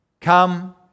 Come